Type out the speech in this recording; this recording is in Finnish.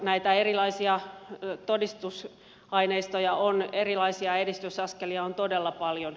näitä erilaisia todistusaineistoja erilaisia edistysaskelia on todella paljon